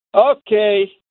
okay